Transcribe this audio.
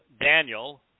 Daniel